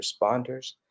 responders